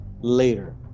later